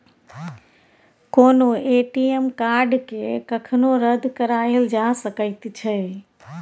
कोनो ए.टी.एम कार्डकेँ कखनो रद्द कराएल जा सकैत छै